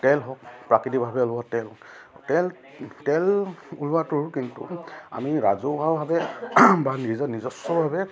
তেল হওক প্ৰাকৃতিকভাৱে ওলোৱা তেল তেল তেল ওলোৱাটোৰ কিন্তু আমি ৰাজহুৱাভাৱে বা নিজৰ নিজস্বভাৱে